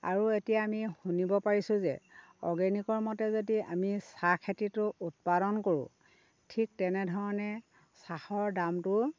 আৰু এতিয়া আমি শুনিব পাৰিছোঁ যে অৰ্গেনিকৰ মতে যদি আমি চাহ খেতিটো উৎপাদন কৰোঁ ঠিক তেনেধৰণে চাহৰ দামটোও